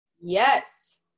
yes